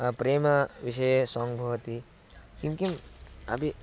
प्रेमाविषये song भवति किं किम् अपि